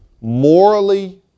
morally